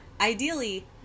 Ideally